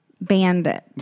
bandit